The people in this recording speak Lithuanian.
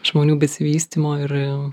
žmonių besivystymo ir